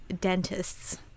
dentists